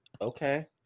okay